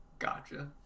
Gotcha